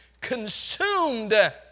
consumed